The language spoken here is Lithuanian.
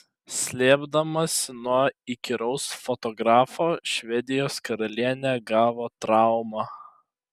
slėpdamasi nuo įkyraus fotografo švedijos karalienė gavo traumą